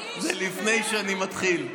זה לפני שאני מתחיל.